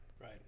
right